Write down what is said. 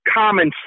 common